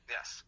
Yes